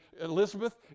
Elizabeth